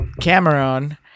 Cameron